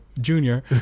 Junior